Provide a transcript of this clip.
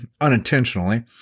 unintentionally